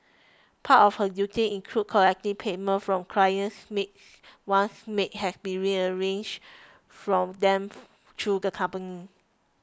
part of her duties included collecting payments from clients maids once maids had been arranged for them through the company